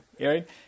right